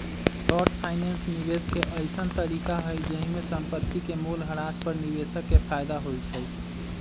short finance निवेश के अइसँन तरीका हइ जाहिमे संपत्ति के मोल ह्रास पर निवेशक के फयदा होइ छइ